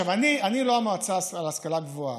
אני לא המועצה להשכלה גבוהה.